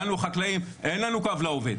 לנו החקלאים אין לנו "קו לעובד",